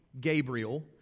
Gabriel